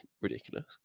ridiculous